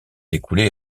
écoulée